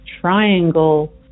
triangle